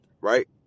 Right